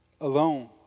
alone